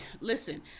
Listen